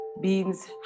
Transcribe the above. beans